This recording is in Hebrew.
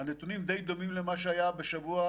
הנתונים שהיה בשבוע